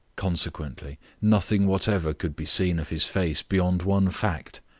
consequently, nothing whatever could be seen of his face beyond one fact,